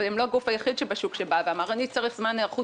והם לא הגוף היחיד שבשוק שבא ואמר: אני צריך זמן היערכות